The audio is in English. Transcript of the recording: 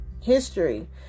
History